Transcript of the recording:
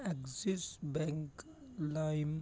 axis bank lime